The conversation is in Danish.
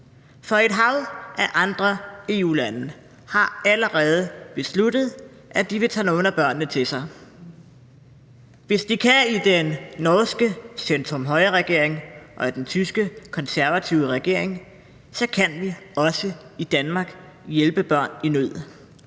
For et hav af andre EU-lande har allerede besluttet, at de vil tage nogle af børnene til sig. Hvis de kan i den norske centrum-højre-regering og i den tyske konservative regering, kan vi også i Danmark hjælpe børn i nød,